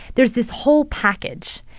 there's this whole package.